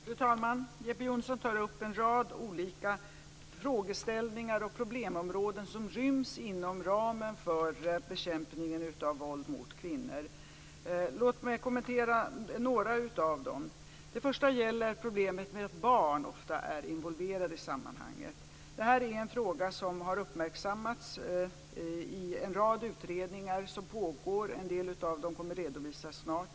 Fru talman! Jeppe Johnsson tar upp en rad olika frågeställningar och problemområden som ryms inom ramen för bekämpningen av våld mot kvinnor. Låt mig kommentera några av dem. Ett område gäller problemet med att barn ofta är involverade i sammanhanget. Det är en fråga som har uppmärksammats i en rad utredningar som pågår. En del av dem kommer att redovisas snart.